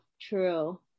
true